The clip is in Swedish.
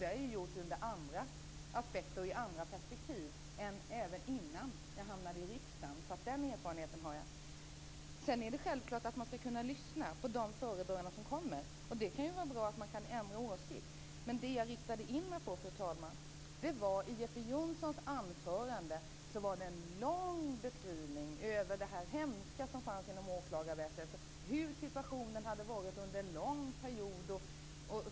Det har jag gjort även innan jag hamnade i riksdagen - ur andra aspekter och perspektiv. Den erfarenheten har jag. Det är självklart att man skall kunna lyssna på de föredraganden som kommer. Det kan vara bra att man kan ändra åsikt. Men det jag riktade in mig på, fru talman, var att det i Jeppe Johnssons anförande fanns en lång beskrivning av den hemska situation som varit inom åklagarväsendet under en lång period.